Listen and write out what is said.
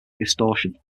distortion